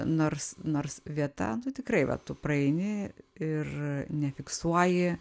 nors nors vieta nu tikrai va tu praeini ir nefiksuoji